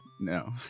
No